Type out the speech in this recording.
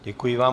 Děkuji vám.